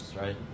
right